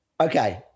Okay